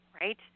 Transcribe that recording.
right